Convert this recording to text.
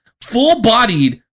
full-bodied